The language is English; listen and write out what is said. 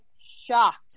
shocked